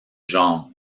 genre